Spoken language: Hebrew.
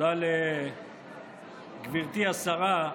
תודה לגברתי השרה.